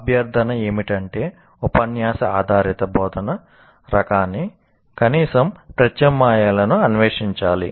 అభ్యర్ధన ఏమిటంటే ఉపన్యాస ఆధారిత బోధన రకానికి కనీసం ప్రత్యామ్నాయాలను అన్వేషించాలి